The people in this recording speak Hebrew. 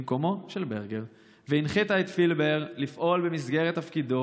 במקומו של ברגר." "הנחית את פילבר לפעול במסגרת תפקידו